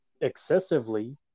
excessively